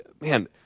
man